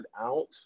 out